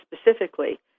specifically